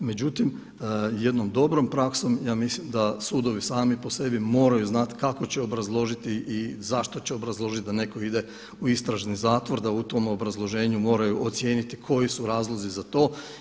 Međutim, jednom dobrom praksom ja mislim da sudovi sami po sebi moraju znati kako će obrazložiti i zašto će obrazložiti da netko ide u istražni zatvor da u tom obrazloženju moraju ocijeniti koji su razlozi za to.